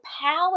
power